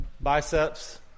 biceps